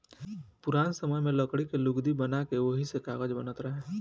पुरान समय में लकड़ी के लुगदी बना के ओही से कागज बनत रहे